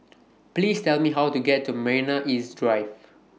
Please Tell Me How to get to Marina East Drive